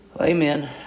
Amen